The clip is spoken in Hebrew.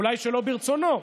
אולי שלא ברצונו,